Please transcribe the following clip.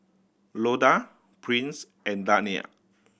Loda Prince and Dania